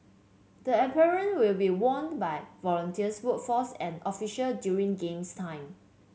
the apparel will be worn by volunteers workforce and official during games time